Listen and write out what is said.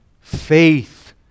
faith